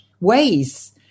ways